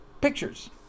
pictures